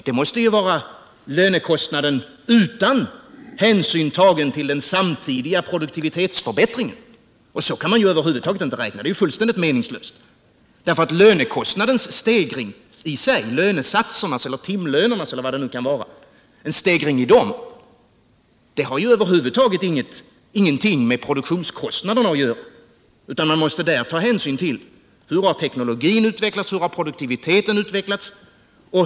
Det måste vara lönekostnaden utan hänsyn tagen till den samtidiga produktivitetsförbättringen, men så kan man över huvud taget inte räkna. Det är ju fullständigt meningslöst. Lönekostnadens stegring eller vad det nu kan vara har över huvud taget ingenting med produktionskostnaderna alt göra. Där måste man ta hänsyn till hur teknologin och produktiviteten utvecklats.